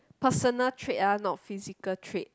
personal trait ah not physical trait